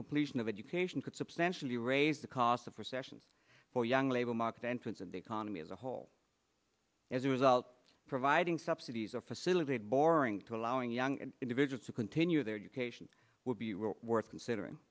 completion of education could substantially raise the cost of recession for young labor market entrance and the economy as a whole as a result of providing subsidies or facilitate boring to allowing young individuals to continue their education will be worth considering